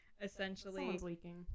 essentially